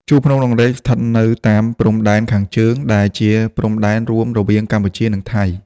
ជួរភ្នំដងរែក ស្ថិតនៅតាមព្រំដែនខាងជើង ដែលជា ព្រំដែនរួមរវាងកម្ពុជា និង ថៃ ។